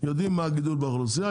יודעים מה הגידול באוכלוסייה,